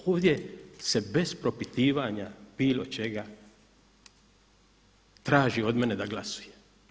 Ovdje se bez propitivanja bilo čega traži od mene da glasujem.